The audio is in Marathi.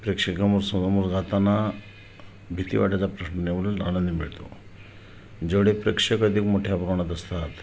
प्रेक्षकांसमोर गाताना भीती वाटायचा प्रश्न नाही उलट आनंद मिळतो जेवढे प्रेक्षक अधिक मोठ्या प्रमाणात असतात